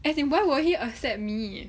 as in why would he accept me